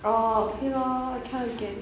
oh okay lor I kind of get it